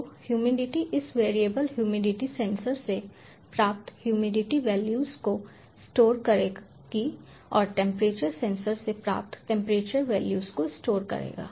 तो ह्यूमिडिटी इस variable humidity sensor से प्राप्त ह्यूमिडिटी वैल्यूज़ को स्टोर करेगी और टेंपरेचर सेंसर से प्राप्त टेंपरेचर वैल्यूज़ को स्टोर करेगा